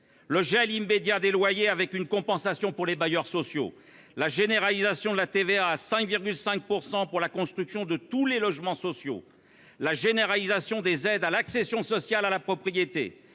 : gel immédiat des loyers, avec une compensation pour les bailleurs sociaux ; généralisation de la TVA à 5,5 % pour la construction de tous les logements sociaux ; généralisation des aides à l'accession sociale à la propriété,